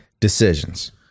decisions